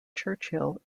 churchill